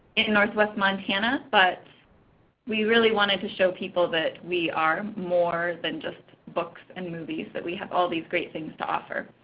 in northwest montana, but we really wanted to show people that we are more than just books and movies, that we have all these great things to offer.